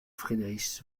friedrich